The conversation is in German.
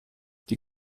die